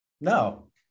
No